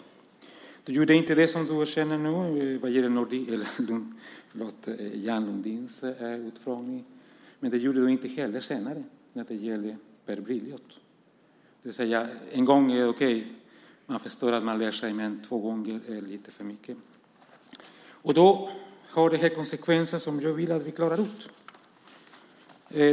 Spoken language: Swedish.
Du gjorde inte det, som du erkänner nu vad gäller utfrågningen av Ian Lundin. Men du gjorde det inte heller senare när det gäller Per Brilioth. En gång är okej. Man förstår att man lär sig. Men två gånger är lite för mycket. Det här får konsekvenser som jag vill att vi klarar ut.